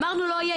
אמרנו: לא יהיה.